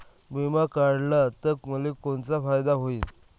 बिमा काढला त मले कोनचा फायदा होईन?